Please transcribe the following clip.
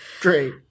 Great